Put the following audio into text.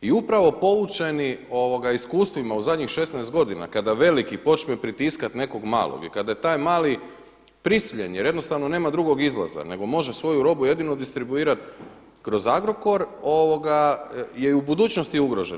I upravo poučeni iskustvima u zadnjih 16 godina kada veliki počne pritiskat nekog malog i kada je taj mali prisiljen, jer jednostavno nema drugog izlaza nego može svoju robu jedino distribuirat kroz Agrokor je i u budućnosti ugroženo.